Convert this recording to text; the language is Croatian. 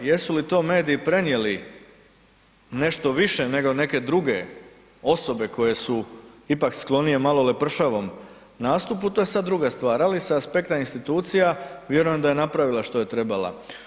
Jesu li to mediji prenijeli nešto više nego neke druge osobe koje su ipak sklonije malo lepršavom nastupu to je sad druga stvar ali sa aspekta institucija vjerujem da je napravila što je trebala.